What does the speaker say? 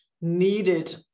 needed